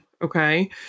Okay